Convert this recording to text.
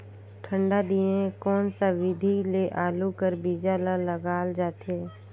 ठंडा दिने कोन सा विधि ले आलू कर बीजा ल लगाल जाथे?